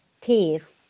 teeth